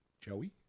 Joey